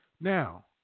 Now